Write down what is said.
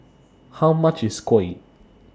How much IS Kuih